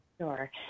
Sure